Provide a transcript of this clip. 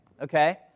okay